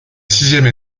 sixième